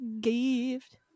gift